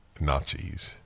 Nazis